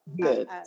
Good